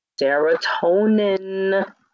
Serotonin